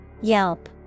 Yelp